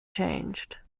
changed